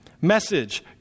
Message